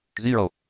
Zero